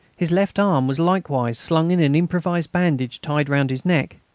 his left arm was likewise slung in an improvised bandage tied round his neck.